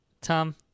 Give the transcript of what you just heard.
Tom